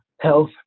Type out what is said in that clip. health